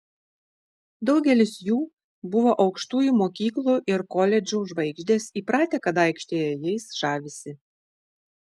daugelis jų buvo aukštųjų mokyklų ir koledžų žvaigždės įpratę kad aikštėje jais žavisi